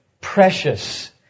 precious